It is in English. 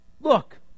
look